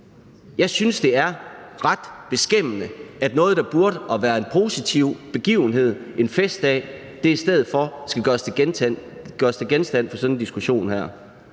Jeg synes, det er ret beskæmmende, at noget, der burde være en positiv begivenhed, en festdag, i stedet for skal gøres til genstand for sådan en diskussion her.